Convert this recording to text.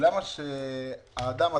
למה שהאדם עצמו,